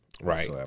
Right